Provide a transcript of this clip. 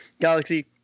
galaxy